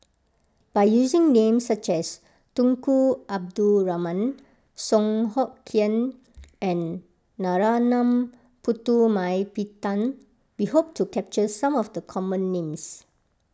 by using names such as Tunku Abdul Rahman Song Hoot Kiam and Narana Putumaippittan we hope to capture some of the common names